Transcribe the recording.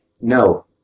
No